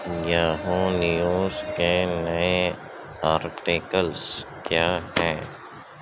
Yahoo news کے نئے articles کیا ہیں